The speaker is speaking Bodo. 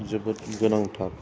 जोबोद गोनांथार